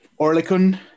Orlikun